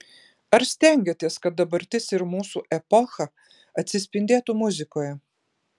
ar stengiatės kad dabartis ir mūsų epocha atsispindėtų muzikoje